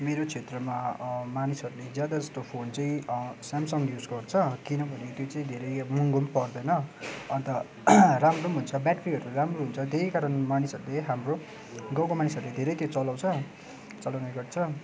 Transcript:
मेरो क्षेत्रमा मानिसहरूले ज्यादा जस्तो फोन चाहिँ स्यामसङ युज गर्छ किनभने त्यो चाहिँ धेरै अब महँगो पनि पर्दैन अन्त राम्रो पनि हुन्छ ब्याट्रीहरू राम्रो हुन्छ त्यही कारण मानिसहरूले हाम्रो गाउँको मानिसहरूले धेरै त्यो चलाउँछ चलाउने गर्छ